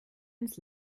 ins